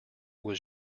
was